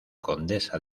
condesa